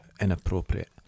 inappropriate